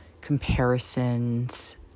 comparisons